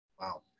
Wow